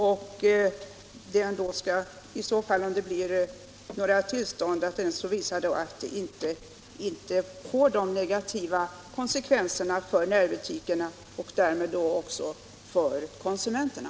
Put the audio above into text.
För att några tillstånd skall ges måste denna då visa att etableringarna inte får negativa konsekvenser för närbutikerna och därmed också för konsumenterna.